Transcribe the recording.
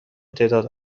تعداد